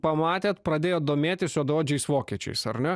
pamatėt pradėjot domėtis juodaodžiais vokiečiais ar ne